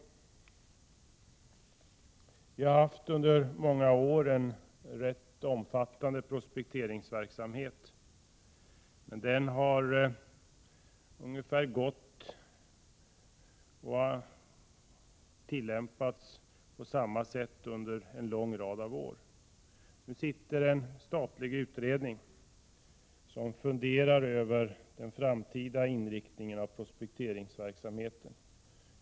Sedan många år tillbaka har vi en rätt omfattande prospekteringsverksamhet, men denna har också i stort sett varit oförändrad under en lång rad år. Numera funderar en statlig utredning över den framtida inriktningen av prospekteringsverksamheten.